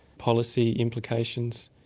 policy implications,